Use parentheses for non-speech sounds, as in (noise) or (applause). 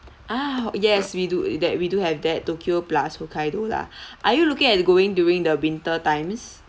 ah yes we do that we do have that tokyo plus hokkaido lah (breath) are you looking at going during the winter times